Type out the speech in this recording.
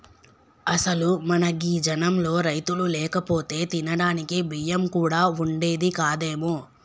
అసలు మన గీ జనంలో రైతులు లేకపోతే తినడానికి బియ్యం కూడా వుండేది కాదేమో